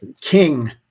King